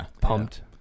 pumped